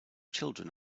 children